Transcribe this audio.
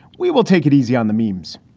we will take it easy on the meems